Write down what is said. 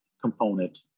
component